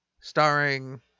starring